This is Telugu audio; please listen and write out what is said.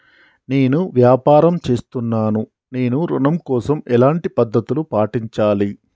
నేను వ్యాపారం చేస్తున్నాను నేను ఋణం కోసం ఎలాంటి పద్దతులు పాటించాలి?